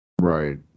Right